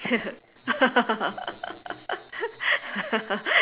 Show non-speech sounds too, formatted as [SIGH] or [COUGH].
[LAUGHS]